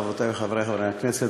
חברותי וחברי חברי הכנסת,